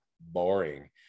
boring